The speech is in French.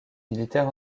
militaire